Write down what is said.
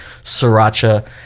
sriracha